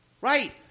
Right